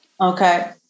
Okay